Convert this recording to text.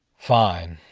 fine.